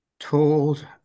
told